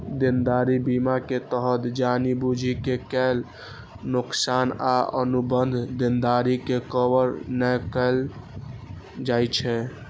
देनदारी बीमा के तहत जानि बूझि के कैल नोकसान आ अनुबंध देनदारी के कवर नै कैल जाइ छै